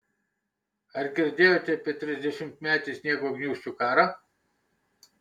ar girdėjote apie trisdešimtmetį sniego gniūžčių karą